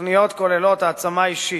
התוכניות כוללות העצמה אישית,